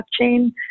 blockchain